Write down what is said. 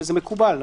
זה מקובל,